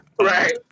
Right